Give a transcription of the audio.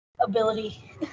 ability